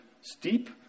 steep